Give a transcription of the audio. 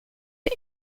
the